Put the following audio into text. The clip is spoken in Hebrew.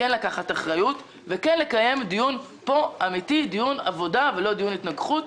לקחת אחריות ולקיים פה דיון אמיתי ולא דיון של התנגחות,